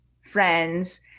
friends